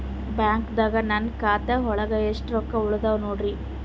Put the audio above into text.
ಬ್ಯಾಂಕ್ದಾಗ ನನ್ ಖಾತೆ ಒಳಗೆ ಎಷ್ಟ್ ರೊಕ್ಕ ಉಳದಾವ ನೋಡ್ರಿ?